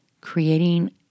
creating